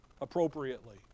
appropriately